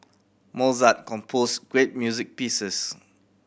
Mozart composed great music pieces